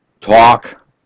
talk